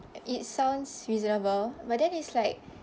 it sounds reasonable but then it's like